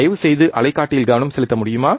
தயவுசெய்து அலைக்காட்டியில் கவனம் செலுத்த முடியுமா